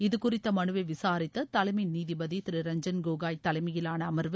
இது குறித்த மனுவை விசாரித்த தலைமை நீதிபதி திரு ரஞ்சன் கோகோய் தலைமையிலான அமர்வு